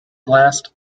last